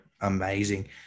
amazing